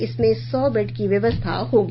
इसमें सौ बेड की व्यवस्था होगी